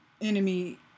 enemy